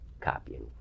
copying